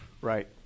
Right